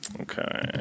Okay